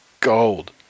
Gold